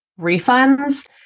refunds